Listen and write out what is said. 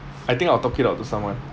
I think I'll talk it out to someone